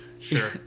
sure